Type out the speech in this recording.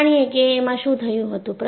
હવે જાણીએ કે એમાં શું થયું હતું